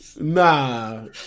Nah